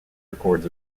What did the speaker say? records